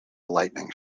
lightning